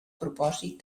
propòsit